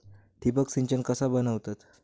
ठिबक सिंचन कसा बनवतत?